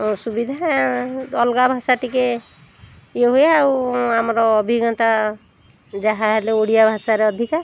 ଓ ସୁବିଧା ଅଲଗା ଭାଷା ଟିକିଏ ଇଏ ହୁଏ ଆଉ ଆମର ଅଭିଜ୍ଞତା ଯାହାହେଲେ ଓଡ଼ିଆ ଭାଷାର ଅଧିକା